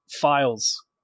files